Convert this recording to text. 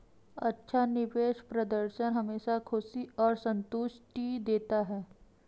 अच्छा निवेश प्रदर्शन हमेशा खुशी और संतुष्टि देता है